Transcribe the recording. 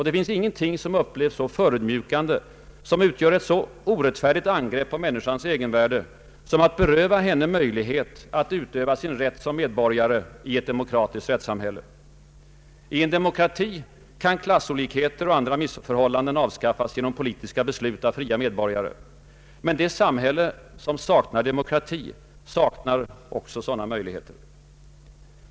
Det finns ingenting man upplever som så förödmjukande, som utgör ett så orättfärdigt angrepp på människans egenvärde som att beröva henne möjligheten att utöva sin rätt som medborgare i ett demokratiskt rättssamhälle. I en demokrati kan klassolikheter och andra missförhållanden avskaffas genom politiska beslut av fria medborgare. Men det samhälle som saknar demokrati saknar också sådana möjligheter.